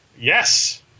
Yes